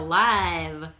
live